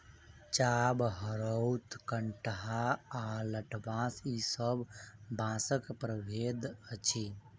चाभ, हरोथ, कंटहा आ लठबाँस ई सब बाँसक प्रभेद अछि